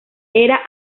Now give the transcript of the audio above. era